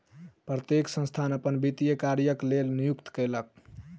प्रत्येक संस्थान अपन वित्तीय कार्यक लेल नियुक्ति कयलक